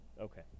okay